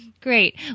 Great